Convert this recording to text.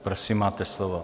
Prosím, máte slovo.